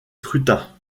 scrutins